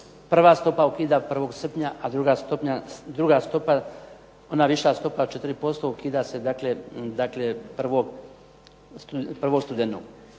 prva stopa ukida 1. srpnja, a druga stopa ona viša stopa od 4% ukida se dakle 1. studenog.